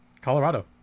Colorado